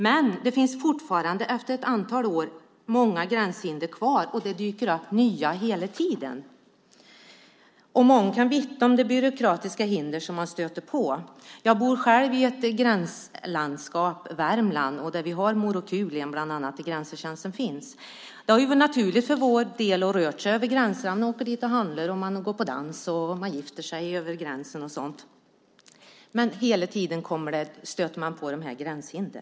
Men det finns fortfarande efter ett antal år många gränshinder kvar, och det dyker upp nya hela tiden. Många kan vittna om byråkratiska hinder som man stöter på. Jag bor själv i ett gränslandskap, Värmland, där vi har Morokulien där Grensetjänsten finns. Det har varit naturligt för vår del att röra sig över gränserna. Man åker och handlar och går på dans på andra sidan gränsen, och man gifter sig med någon från andra sidan gränsen, men hela tiden stöter man på gränshinder.